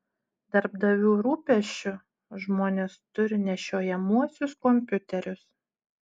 darbdavių rūpesčiu žmonės turi nešiojamuosius kompiuterius